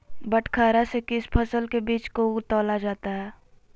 बटखरा से किस फसल के बीज को तौला जाता है?